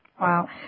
Wow